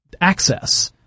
access